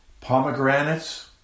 pomegranates